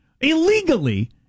illegally